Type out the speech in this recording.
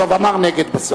טוב, אמר "נגד" בסוף.